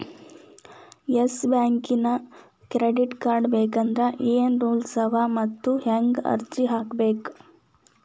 Yes ಬ್ಯಾಂಕಿನ್ credit card ಬೇಕಂದ್ರ ಏನ್ ರೂಲ್ಸವ ಮತ್ತ್ ಹೆಂಗ್ ಅರ್ಜಿ ಹಾಕ್ಬೇಕ?